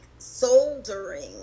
soldering